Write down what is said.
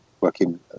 working